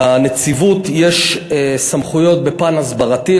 לנציבות יש סמכויות בפן ההסברתי,